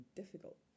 difficult